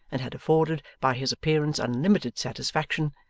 and had afforded by his appearance unlimited satisfaction,